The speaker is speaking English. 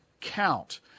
count